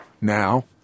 Now